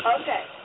Okay